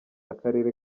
akarere